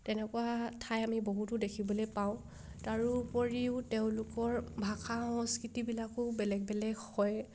তেনেকুৱা ঠাই আমি বহুতো দেখিবলৈ পাওঁ তাৰোপৰিও তেওঁলোকৰ ভাষা সংস্কৃতিবিলাকো বেলেগ বেলেগ হয়